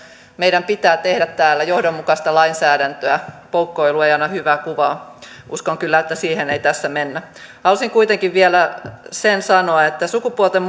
meidän pitää tehdä täällä johdonmukaista lainsäädäntöä poukkoilu ei anna hyvää kuvaa uskon kyllä että siihen ei tässä mennä haluaisin kuitenkin vielä sen sanoa että sukupuolten